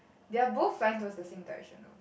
they are both flying towards the same direction